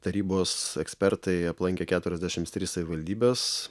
tarybos ekspertai aplankė šeturiasdešimt tris savivaldybes